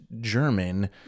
German